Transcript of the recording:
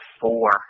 four